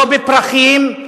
לא בפרחים.